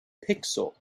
pixel